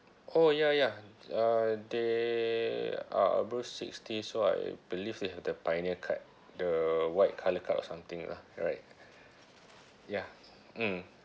oh ya ya uh they are above sixty so I believe they have the pioneer card the white colour card or something lah alright ya mmhmm